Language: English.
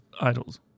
Idols